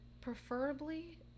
Preferably